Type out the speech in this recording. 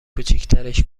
کوچیکترش